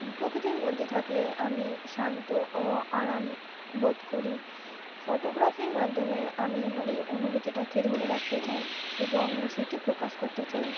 প্রকৃতির মধ্যে থাকলে আমি শান্ত ও আরাম বোধ করি ফোটোগ্রাফির মাধ্যমে আমি আমার এই অনুভূতিটাকে ধরে রাখতে চাই এবং সেটি প্রকাশ করতে চাই